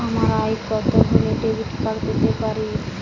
আমার আয় কত হলে ডেবিট কার্ড পেতে পারি?